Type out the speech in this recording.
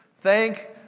Thank